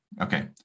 Okay